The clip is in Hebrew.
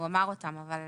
הוא אמר אותם, אבל